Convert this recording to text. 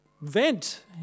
vent